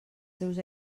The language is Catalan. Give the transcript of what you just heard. seus